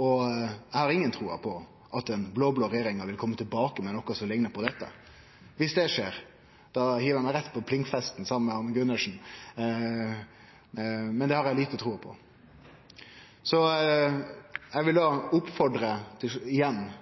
Eg har inga tru på at den blå-blå regjeringa vil kome tilbake med noko som liknar på dette. Dersom det skjer, hiver eg meg rett på plingfesten saman med Gundersen – men det har eg lite tru på. Så eg vil igjen oppfordre representantar som meiner dette er viktig, å vurdere på nytt om ein kanskje kunne gje støtte til